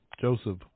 Joseph